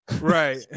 Right